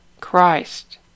Christ